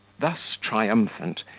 thus triumphant,